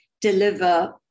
deliver